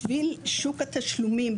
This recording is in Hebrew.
בשביל שוק התשלומים,